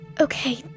Okay